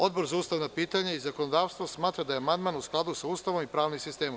Odbor za ustavna pitanja i zakonodavstvo smatra da je amandman u skladu sa Ustavom i pravnim sistemom.